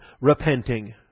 repenting